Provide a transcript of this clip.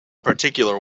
particular